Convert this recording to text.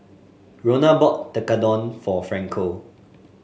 Rona bought Tekkadon for Franco